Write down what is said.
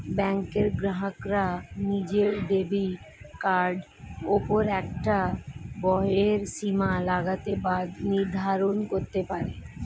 ব্যাঙ্কের গ্রাহকরা নিজের ডেবিট কার্ডের ওপর একটা ব্যয়ের সীমা লাগাতে বা নির্ধারণ করতে পারে